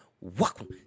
welcome